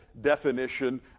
definition